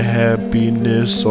happiness